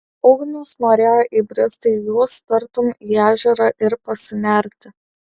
ugnius norėjo įbristi į juos tartum į ežerą ir pasinerti